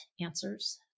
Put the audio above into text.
answers